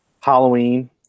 Halloween